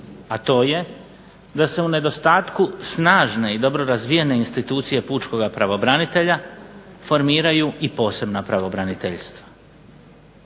a to je da se u nedostatku snažne i dobro razvijene institucije pučkog pravobranitelja formiraju i posebna pravobraniteljstva.